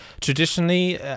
traditionally